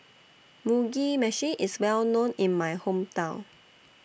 Mugi Meshi IS Well known in My Hometown